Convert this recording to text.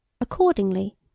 Accordingly